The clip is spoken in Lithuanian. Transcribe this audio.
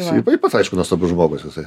jisai taip pat aišku nuostabus žmogus visai